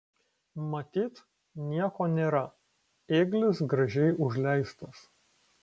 matyt nieko nėra ėglis gražiai užleistas